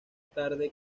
tarde